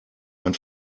ein